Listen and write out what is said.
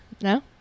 No